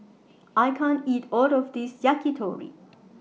I can't eat All of This Yakitori